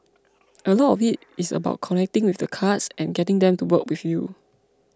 a lot of it is about connecting with the cards and getting them to work with you